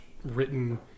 written